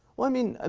i mean, and